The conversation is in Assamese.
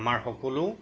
আমাৰ সকলো